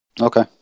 Okay